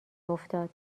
افتاد